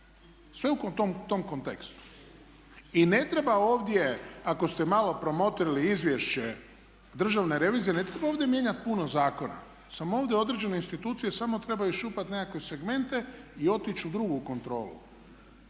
sve u tom kontekstu. I ne treba ovdje ako ste malo promotrili izvješće Državne revizije, ne treba ovdje mijenjati puno zakona. Samo ovdje određene institucije samo trebaju iščupat nekakve segmente i otići u drugu kontrolu